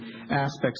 aspects